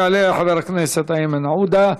יעלה חבר הכנסת איימן עודה,